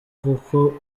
kuko